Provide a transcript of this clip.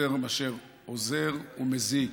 יותר מאשר עוזר הוא מזיק,